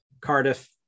Cardiff